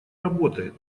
работает